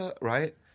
Right